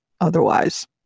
otherwise